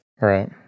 Right